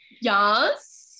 Yes